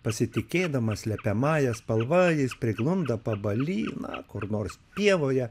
pasitikėdamas slepiamąja spalva jis priglunda pabaly na kur nors pievoje